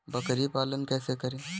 बकरी पालन कैसे करें?